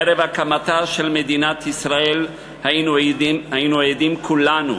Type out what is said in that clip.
ערב הקמתה של מדינת ישראל היינו עדים כולנו